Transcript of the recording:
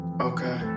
okay